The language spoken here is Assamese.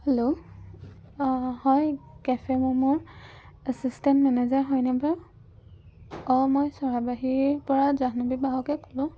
হেল্ল' হয় কেফে মম'ৰ এচিষ্টেণ্ট মেনেজাৰ হয়নে বাৰু অঁ মই চৰাইবাহীৰ পৰা জাহ্ণৱী বাহকে ক'লোঁ